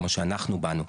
כמו שאנחנו באנו.